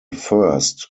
first